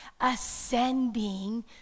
ascending